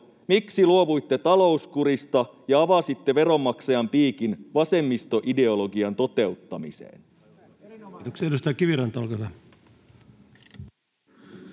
miksi luovuitte talouskurista ja avasitte veronmaksajan piikin vasemmistoideologian toteuttamiseen?